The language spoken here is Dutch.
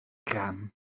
kraan